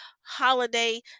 holiday